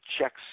checks